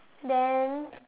then